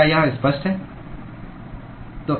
क्या यह स्पष्ट है